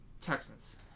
Texans